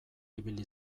ibili